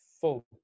full